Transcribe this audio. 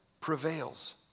prevails